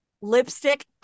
lipstick